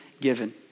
given